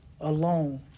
alone